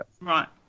Right